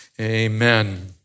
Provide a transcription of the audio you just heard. amen